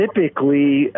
typically